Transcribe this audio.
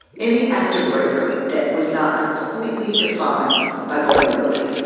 any act of bravery, that was not completely defined by vulnerability.